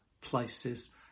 places